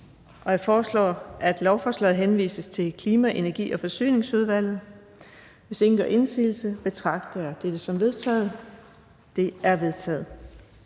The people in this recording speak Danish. Jeg foreslår, at lovforslaget henvises til Klima-, Energi- og Forsyningsudvalget. Hvis ingen gør indsigelse, betragter jeg dette som vedtaget. Det er vedtaget.